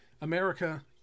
America